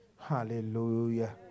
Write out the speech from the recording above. Hallelujah